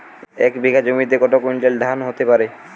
এক বিঘা জমিতে কত কুইন্টাল ধান হতে পারে?